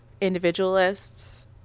individualists